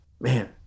Man